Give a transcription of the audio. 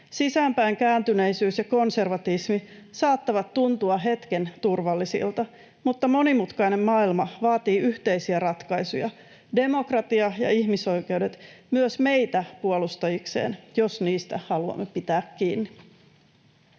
Sisäänpäinkääntyneisyys ja konservatismi saattavat tuntua hetken turvallisilta, mutta monimutkainen maailma vaatii yhteisiä ratkaisuja, demokratia ja ihmisoikeudet myös meitä puolustajikseen, jos niistä haluamme pitää kiinni.